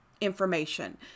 information